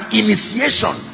initiation